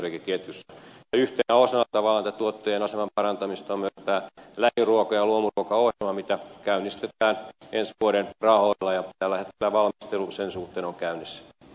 yhtenä osana tavallaan tätä tuottajan aseman parantamista on myös tämä lähiruoka ja luomuruokaohjelma mitä käynnistetään ensi vuoden rahoilla ja tällä hetkellä valmistelu sen suhteen on käynnissä